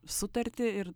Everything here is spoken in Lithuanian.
sutartį ir